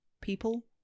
people